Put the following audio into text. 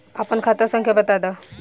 आपन खाता संख्या बताद